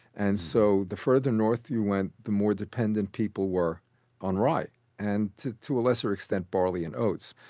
and so the farther north you went, the more dependent people were on rye and, to to a lesser extent, barley and oats.